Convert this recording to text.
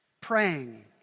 praying